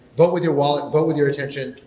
vote with your wallet. vote with your attention.